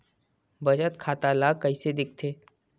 बचत खाता ला कइसे दिखथे?